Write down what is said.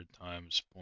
times